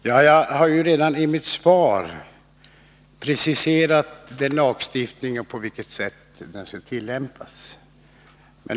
Herr talman! Jag har redan i mitt svar preciserat på vilket sätt lagstiftningen skall tillämpas.